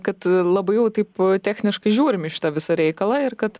kad labai jau taip techniškai žiūrim į šitą visą reikalą ir kad